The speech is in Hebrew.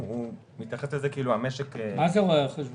הוא מתייחס לזה כאילו המשק --- מה זה המסמך של רואה החשבון?